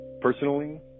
personally